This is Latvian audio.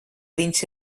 viņš